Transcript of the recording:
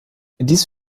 dies